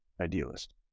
idealist